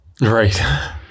Right